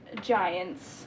giants